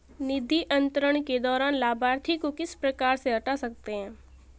निधि अंतरण के दौरान लाभार्थी को किस प्रकार से हटा सकते हैं?